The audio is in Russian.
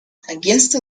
агентство